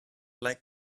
like